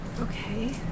okay